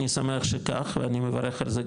אני שמח שכך ואני מברך על זה,